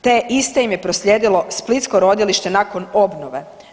Te iste im je proslijedilo splitsko rodilište nakon obnove.